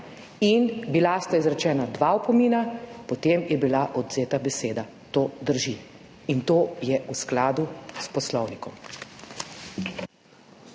Izrečena sta bila dva opomina, potem je bila odvzeta beseda. To drži in to je v skladu s poslovnikom.